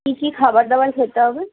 কী কী খাবার দাবার খেতে হবে